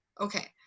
okay